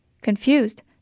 Confused